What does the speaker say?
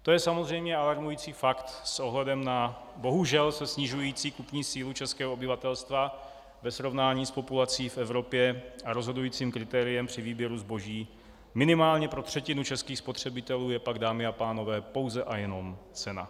To je samozřejmě alarmující fakt s ohledem na bohužel se snižující kupní sílu českého obyvatelstva ve srovnání s populací v Evropě, a rozhodujícím kritériem při výběru zboží minimálně pro třetinu českých spotřebitelů je pak, dámy a pánové, pouze a jenom cena.